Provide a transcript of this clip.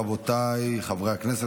רבותיי חברי הכנסת,